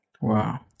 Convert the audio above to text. Wow